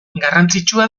garrantzitsua